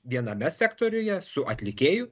viename sektoriuje su atlikėjų